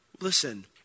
Listen